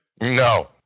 No